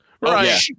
Right